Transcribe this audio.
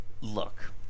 Look